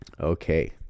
Okay